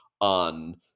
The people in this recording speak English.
on